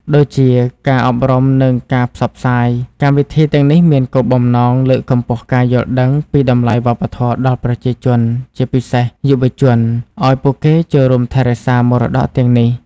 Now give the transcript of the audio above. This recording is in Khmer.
ដូចជា ការអប់រំ និងការផ្សព្វផ្សាយ កម្មវិធីទាំងនេះមានគោលបំណងលើកកម្ពស់ការយល់ដឹងពីតម្លៃវប្បធម៌ដល់ប្រជាជន ជាពិសេសយុវជន ឲ្យពួកគេចូលរួមថែរក្សាមរតកទាំងនេះ។